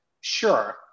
Sure